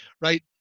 right